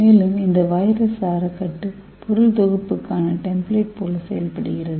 மேலும் இந்த வைரஸ் சாரக்கட்டு பொருள் தொகுப்புக்கான டெம்ப்ளேட் போல செயல்படுகிறது